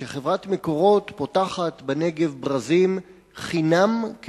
שחברת "מקורות" פותחת בנגב ברזים חינם,